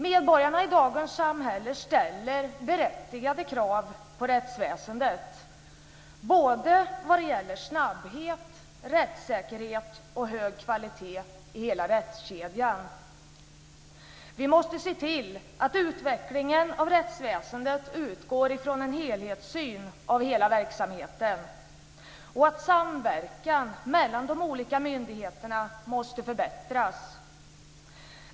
Medborgarna i dagens samhälle ställer berättigade krav på rättsväsendet, både vad gäller snabbhet och rättssäkerhet liksom på hög kvalitet i hela rättskedjan. Vi måste se till att utvecklingen av rättsväsendet utgår från en helhetssyn på hela verksamheten. Samverkan mellan de olika myndigheterna måste förbättras.